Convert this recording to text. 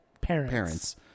parents